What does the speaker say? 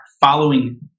following